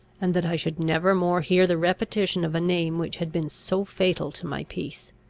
and that i should never more hear the repetition of a name which had been so fatal to my peace.